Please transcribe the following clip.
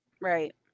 Right